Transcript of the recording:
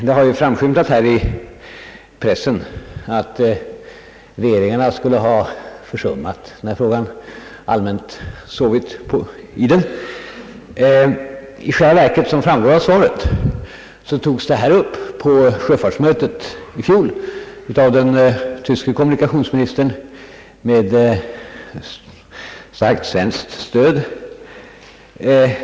Det har ju framskymtat i pressen att regeringarna skulle ha försummat denna fråga — allmänt sovit i den. Som framgår av svaret togs den i själva verket upp på sjöfartsmötet i fjol av den tyske kommunikationsministern, med starkt svenskt stöd.